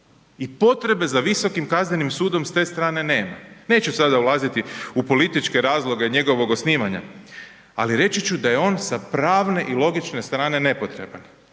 i potrebe za visokim kaznenim sudom s te strane nema. Neću sada ulaziti u političke razloge njegovog osnivanja ali reći ću da je on sa pravne i logične strane nepotreban.